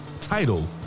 title